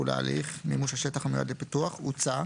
להליך מימוש השטח המיועד לפיתוח הוצע,